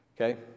Okay